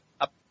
up